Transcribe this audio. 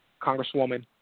congresswoman